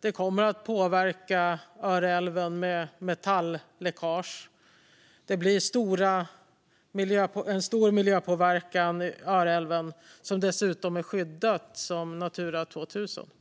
den kommer att påverka Öreälven genom metalläckage. Det blir en stor miljöpåverkan på Öreälven, som dessutom är skyddad som Natura 2000-område.